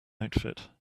outfit